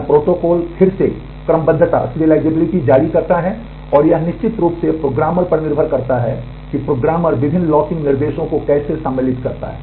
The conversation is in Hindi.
यह प्रोटोकॉल फिर से क्रमबद्धता जारी करता है और यह निश्चित रूप से प्रोग्रामर पर निर्भर करता है कि प्रोग्रामर विभिन्न लॉकिंग निर्देशों को कैसे सम्मिलित करता है